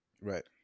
Right